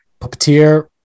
puppeteer